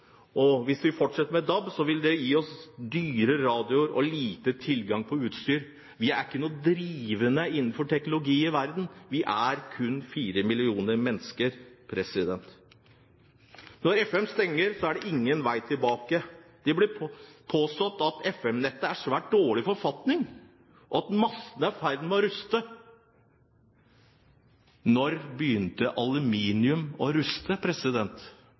land. Hvis vi fortsetter med DAB, vil det gi oss dyre radioer og lite tilgang på utstyr. Vi er ikke noe drivende innen teknologi i verden. Vi er kun fire millioner mennesker. Når FM stenger, er det ingen vei tilbake. Det blir påstått at FM-nettet er i svært dårlig forfatning, og at mastene er i ferd med å ruste. Når begynte aluminium å ruste?